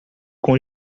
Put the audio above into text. com